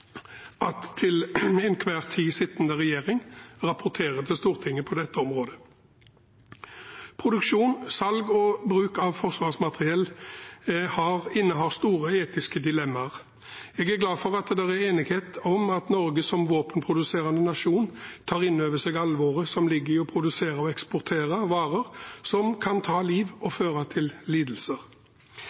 at den til enhver tid sittende regjering rapporterer til Stortinget på dette området. Produksjon, salg og bruk av forsvarsmateriell innebærer store etiske dilemmaer. Jeg er glad for at det er enighet om at Norge som våpenproduserende nasjon tar inn over seg alvoret som ligger i å produsere og eksportere varer som kan ta liv og føre til lidelser.